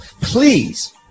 please